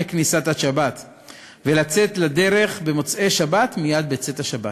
כניסת השבת ולצאת לדרך במוצאי-שבת מייד בצאת השבת.